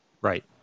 Right